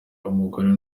umugore